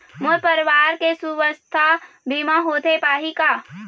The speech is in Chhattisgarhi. मोर परवार के सुवास्थ बीमा होथे पाही का?